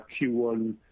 Q1